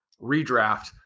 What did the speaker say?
redraft